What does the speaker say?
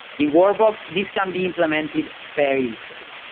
in workbox, this can be implemented very easily.